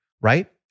right